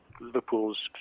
Liverpool's